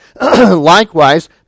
likewise